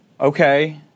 Okay